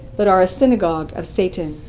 but are a synagogue of satan.